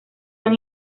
son